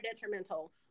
detrimental